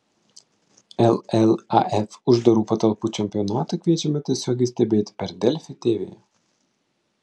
llaf uždarų patalpų čempionatą kviečiame tiesiogiai stebėti per delfi tv